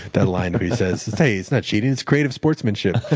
that line where he says, hey, it's not cheating it's creative sportsmanship.